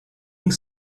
ink